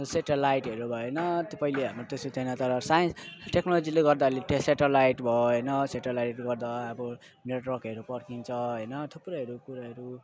जस्तै त्यहाँ लाइटहरू भयो होइन त्यो पहिले हाम्रो त्यस्तो थिएन तर साएन टेक्नोलोजीले गर्दा अहिले त्यो सेटलाइट भएको होइन सेटलाइटले गर्दा अब नेटवर्कहरू पक्रिन्छ होइन थुप्रोहरू कुरोहरू